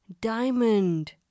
diamond